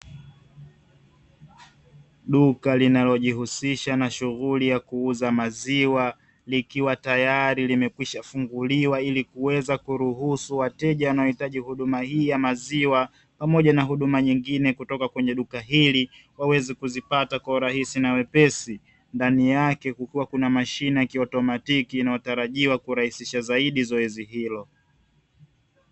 Duka linalojihusisha na shughuli ya kuuza maziwa, likiwa tayari limekwishafunguliwa ili kuweza kuruhusu wateja wanaohitaji huduma hii ya maziwa, pamoja na huduma nyingine kutoka kwenye duka hili, waweze kuzipata kwa urahisi na wepesi. Ndani yake kukiwa kuna mashine ya kiautomatiki, inayotarajiwa kurahisisha zaidi zoezi hilo.